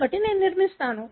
కాబట్టి నేను నిర్మిస్తాను